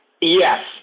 Yes